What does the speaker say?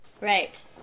Right